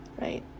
right